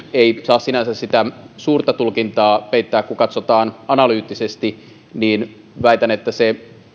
ei saa sinänsä sitä suurta tulkintaa peittää kun katsotaan analyyttisesti niin väitän että se